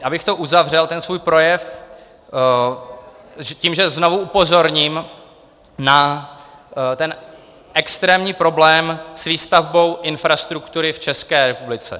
Abych uzavřel svůj projev tím, že znovu upozorním na extrémní problém s výstavbou infrastruktury v České republice.